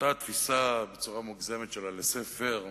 אותה תפיסה מוגזמת של ה"לסה פר",